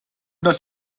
das